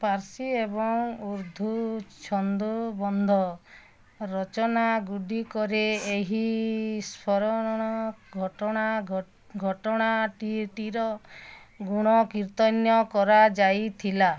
ପାର୍ସୀ ଏବଂ ଉର୍ଦ୍ଦୁ ଛନ୍ଦୋବଦ୍ଧ ରଚନା ଗୁଡ଼ିକରେ ଏହି ସରଣ ଘଟଣା ଘଟଣା ଟିର ଗୁଣ କୀର୍ତ୍ତନ୍ୟ କରାଯାଇଥିଲା